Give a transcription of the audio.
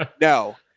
ah no.